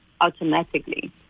automatically